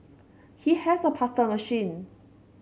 he has a pasta machine